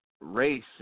race